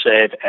save